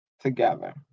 together